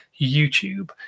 YouTube